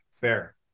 Fair